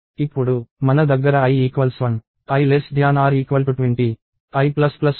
ఇప్పుడు మన దగ్గర i 1 i 20 i ఉన్నది